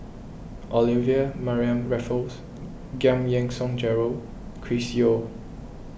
Olivia Mariamne Raffles Giam Yean Song Gerald Chris Yeo